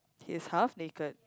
is half naked